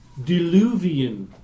deluvian